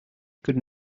could